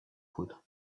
poudres